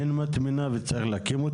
אין מטמנה או יש מטמנה?